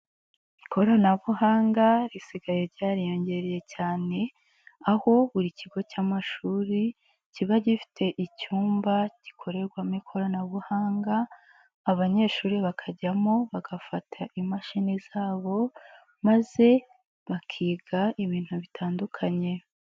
Ikoranabuhanga risigaye ryariyongereye cyane, aho buri kigo cy'amashuri kiba gifite icyumba gikorerwamo ikoranabuhanga, abanyeshuri bakajyamo bagafata imashini zabo maze bakiga ibintu bitandukanye.